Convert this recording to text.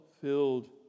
filled